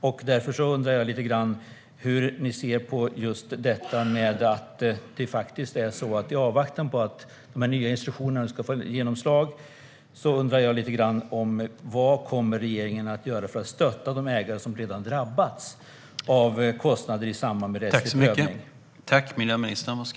Vad kommer regeringen, i avvaktan på att de nya instruktionerna ska få genomslag, att göra för att stötta de ägare som redan drabbats av kostnader i samband med rättslig prövning?